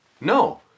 No